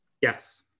Yes